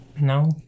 No